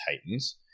Titans